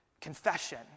Confession